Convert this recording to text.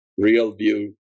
RealView